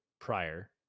prior